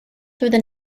through